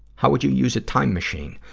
how would you use a time machine?